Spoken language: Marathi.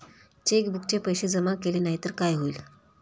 चेकबुकचे पैसे जमा केले नाही तर काय होईल?